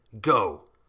go